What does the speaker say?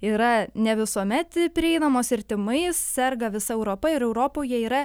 yra ne visuomet prieinamos ir tymais serga visa europa ir europoje yra